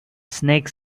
snake